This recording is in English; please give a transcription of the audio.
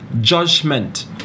judgment